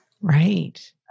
Right